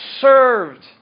served